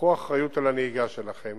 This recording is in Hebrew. קחו אחריות לנהיגה שלכם